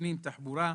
פנים ותחבורה.